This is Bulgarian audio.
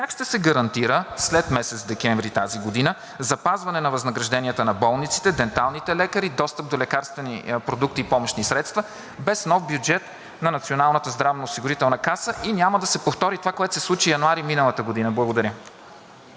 как ще се гарантира след месец декември тази година запазване на възнагражденията на болниците, денталните лекари и достъпа до лекарствени продукти и помощни средства без нов бюджет на Националната здравноосигурителна каса и няма да се повтори това, което се случи през януари миналата година? Благодаря.